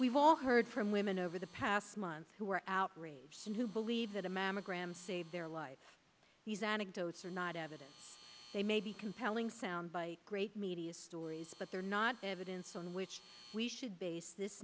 we've all heard from women over the past month who are outraged and who believe that a mammogram saved their lives these anecdotes are not evidence they may be compelling soundbites great media stories but they're not evidence on which we should base this